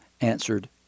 answered